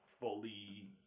fully